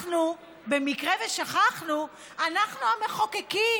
אנחנו, במקרה ששכחנו, אנחנו המחוקקים.